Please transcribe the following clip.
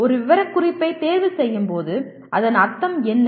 ஒரு விவரக்குறிப்பைத் தேர்வுசெய்யும்போது அதன் அர்த்தம் என்ன